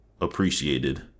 appreciated